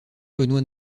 benoît